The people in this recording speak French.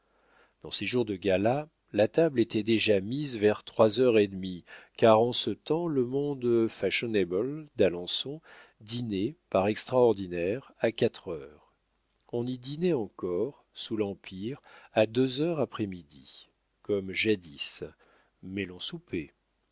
dans ces jours de gala la table était déjà mise vers trois heures et demie car en ce temps le monde fashionable d'alençon dînait par extraordinaire à quatre heures on y dînait encore sous l'empire à deux heures après midi comme jadis mais l'on